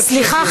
סליחה,